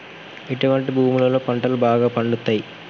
ఎటువంటి భూములలో పంటలు బాగా పండుతయ్?